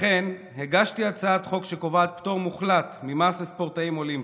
לכן הגשתי הצעת חוק שקובעת פטור מוחלט ממס לספורטאים אולימפיים.